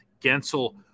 Gensel